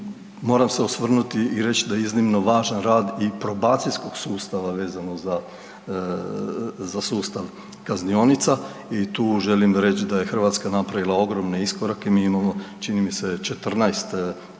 moram se osvrnuti i reći da iznimno važan rad i probacijskog sustava vezano za sustav kaznionica i tu želim reći da je Hrvatska napravila ogromne iskorake. Mi imamo čini mi se 14 područnih